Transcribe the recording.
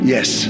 Yes